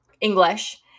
English